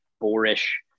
boorish